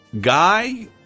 guy